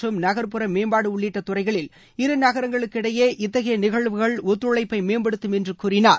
மற்றம் நகர்ப்புற மேம்பாடு உள்ளிட்ட துறைகளில் இரு நகரங்களுக்கு இடையே இத்தகைய நிகழ்வுகள் ஒத்துழைப்பை மேம்படுத்தும் என்று கூறினார்